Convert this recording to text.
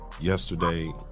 yesterday